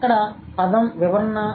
కాబట్టి ఇక్కడ పదం వివరణ